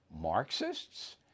Marxists